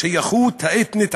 בשייכות האתנית,